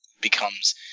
becomes